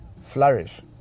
flourish